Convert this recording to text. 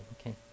Okay